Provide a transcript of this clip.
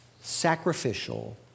sacrificial